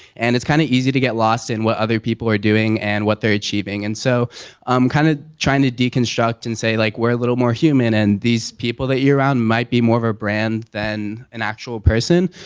and it's kind of easy to get lost in what other people are doing and what they're achieving. and so i'm kind of trying to deconstruct and say like, we're a little more human, and these people that you're around, might be more of a brand than an actual person.